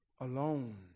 alone